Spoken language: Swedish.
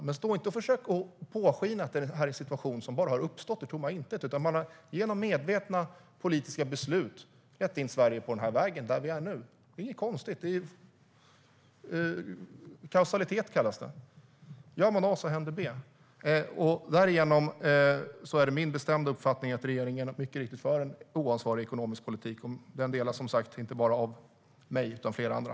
Försök inte påskina att det här är en situation som bara har uppstått ur tomma intet. Genom medvetna politiska beslut har man lett in Sverige på den här vägen där vi är nu. Det är inget konstigt med det. Kausalitet kallas det. Gör man A händer B, och därför är min bestämda uppfattning att regeringen för en oansvarig ekonomisk politik. Den uppfattningen delas som sagt av flera andra.